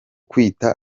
kwita